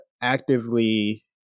actively